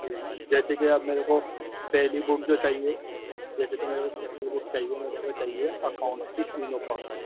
جی جیسے کہ آپ میرے کو پہلی بک جو چاہیے جی جیسے کہ میرے کو پہلی بک چاہیے میرے کو چاہیے اکاؤنٹس کی تینوں پارٹ